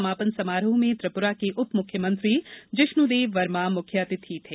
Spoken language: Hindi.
समापन समारोह में त्रिपुरा के उप मुख्यमंत्री जिष्णुदेव वर्मा मुख्य अतिथि थे